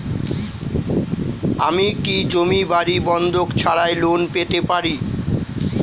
আমি কি জমি বাড়ি বন্ধক ছাড়াই লোন পেতে পারি?